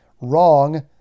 wrong